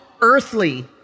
earthly